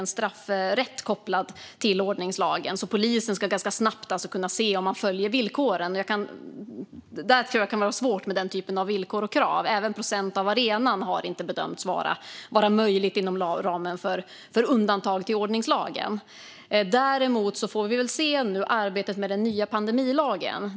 En straffrätt är kopplad till ordningslagen, så polisen ska snabbt kunna se om villkoren följs. Där kan det vara svårt med den typen av villkor och krav. Även procentandel av en arena har inte bedömts vara möjligt inom ramen för undantag till ordningslagen. Däremot får vi se på arbetet med den nya pandemilagen.